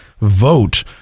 vote